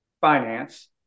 finance